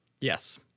Yes